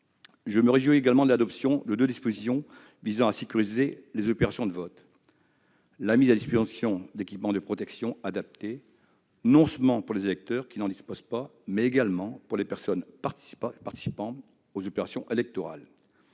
Je me réjouis également de l'adoption de deux dispositions visant à sécuriser les opérations de vote : la mise à disposition d'équipements de protection adaptés non seulement pour les électeurs qui n'en ont pas, mais également pour les personnes participant aux opérations électorales,